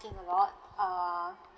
cooking a lot err